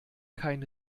kein